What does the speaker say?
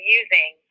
using